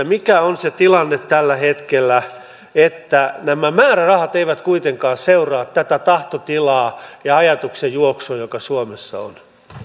mikä on se tilanne tällä hetkellä että nämä määrärahat eivät kuitenkaan seuraa tätä tahtotilaa ja ajatuksenjuoksua joka suomessa on